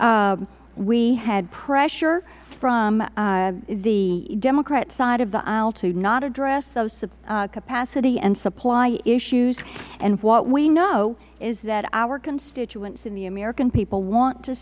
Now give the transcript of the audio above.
we had pressure from the democrat side of the aisle to not address those capacity and supply issues and what we know is that our constituents and the american people want to